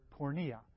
pornea